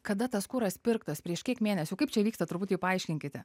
kada tas kuras pirktas prieš kiek mėnesių kaip čia vyksta truputį paaiškinkite